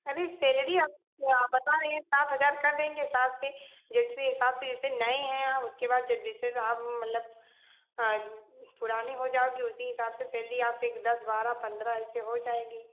अरे सेलरी आप बता रही हैं सात हजार कर देंगे सात से जैसे उसी हिसाब से जैसे नये हैं उसके बाद जिसे जिसे आप मतलब पुराने हो जाओगे उसी हिसाब से सेलरी आपकी दस बारह पंद्रह ऐसे ही जाएगी